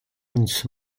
und